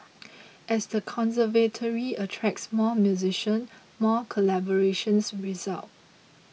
as the conservatory attracts more musician more collaborations result